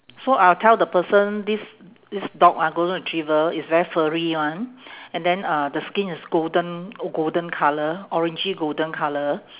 so I'll tell the person this this dog ah golden retriever is very furry one and then uh the skin is golden g~ golden colour orangey golden colour